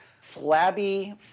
flabby